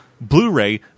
Blu-ray